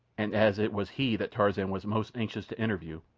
and as it was he that tarzan was most anxious to interview,